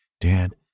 Dad